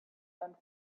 and